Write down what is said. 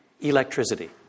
electricity